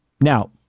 now